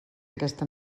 aquesta